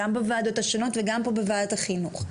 גם בוועדות השונות וגם פה בוועדת החינוך.